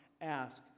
ask